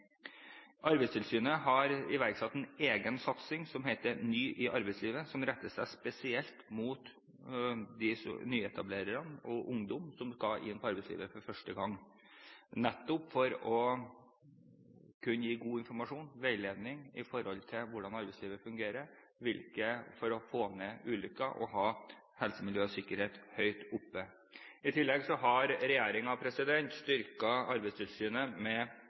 Arbeidstilsynet har iverksatt en egen satsing, som heter «Ny i arbeidslivet», som retter seg spesielt mot nyetablererne og ungdom som skal inn arbeidslivet for første gang – dette nettopp for å kunne gi god informasjon og veiledning om hvordan arbeidslivet fungerer, for å få ned ulykkestallene og legge stor vekt på helse, miljø og sikkerhet. I tillegg har regjeringen styrket Arbeidstilsynet med